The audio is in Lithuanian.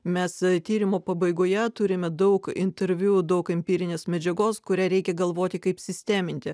mes tyrimo pabaigoje turime daug interviu daug empirinės medžiagos kurią reikia galvoti kaip sisteminti